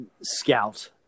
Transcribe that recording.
scout